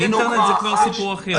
אינטרנט זה כבר סיפור אחר,